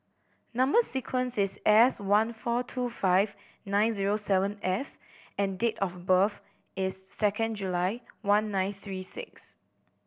number sequence is S one four two five nine zero seven F and date of birth is second July one nine three six